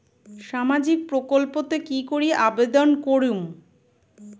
সামাজিক প্রকল্পত কি করি আবেদন করিম?